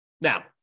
Now